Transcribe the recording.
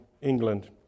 England